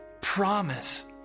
promise